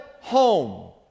home